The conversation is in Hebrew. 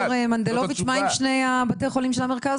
ד"ר מנדלוביץ, מה עם שני בתי החולים של המרכז?